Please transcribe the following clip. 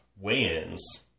weigh-ins